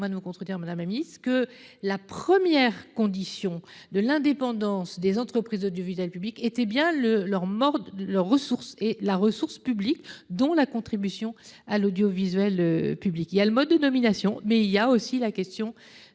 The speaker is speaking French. de vous contredire Madame. Que la première condition de l'indépendance des entreprises de du Vidal public était bien le leur mort de leurs ressources et la ressource publique dont la contribution à l'audiovisuel public. Il a le mode de nomination. Mais il y a aussi la question